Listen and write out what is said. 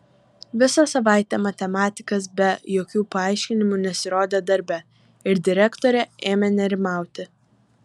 visą savaitę matematikas be jokių paaiškinimų nesirodė darbe ir direktorė ėmė nerimauti